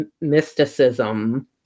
mysticism